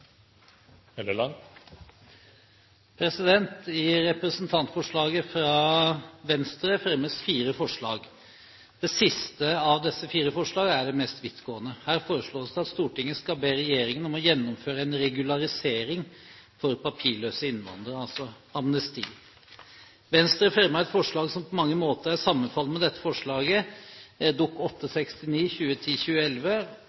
I representantforslaget fra Venstre fremmes fire forslag. Det siste av disse fire forslagene er det mest vidtgående. Her foreslås det at Stortinget skal be regjeringen «gjennomføre en regularisering for papirløse innvandrere» – altså amnesti. Venstre fremmet et forslag som på mange måter er sammenfallende med dette forslaget,